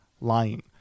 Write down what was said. lying